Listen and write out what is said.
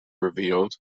revealed